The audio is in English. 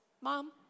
Mom